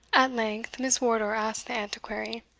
at length miss wardour asked the antiquary,